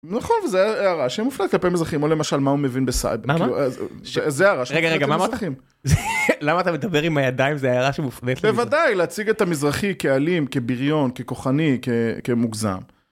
נכון זו היתה הערה שמופנית כלפי מזרחים או למשל מה הוא מבין בסייבר. מה מה? רגע רגע, מה אמרת? למה אתה מדבר עם הידיים זה הערה שמופנית ל... בוודאי להציג את המזרחי כאלים כביריון ככוחני כמוגזם.